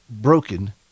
broken